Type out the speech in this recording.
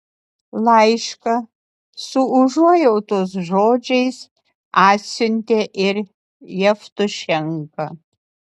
laišką su užuojautos žodžiais atsiuntė ir jevtušenka